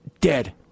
dead